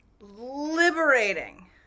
Liberating